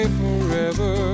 forever